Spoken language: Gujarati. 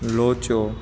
લોચો